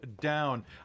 down